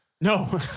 No